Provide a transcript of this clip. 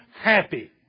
Happy